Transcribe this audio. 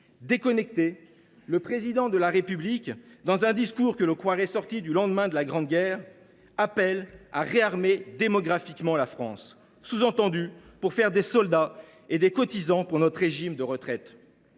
Déconnecté, le Président de la République appelle, dans un discours que l’on croirait sorti des lendemains de la Grande Guerre, à réarmer démographiquement la France – sous entendu : pour faire des soldats et des cotisants pour notre régime de retraite…